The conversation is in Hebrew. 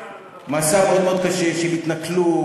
מסע מאוד מאוד קשה של התנכלות,